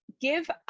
Give